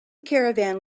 caravan